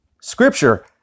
Scripture